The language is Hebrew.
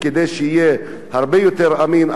כדי שיהיה הרבה יותר אמין,